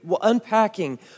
unpacking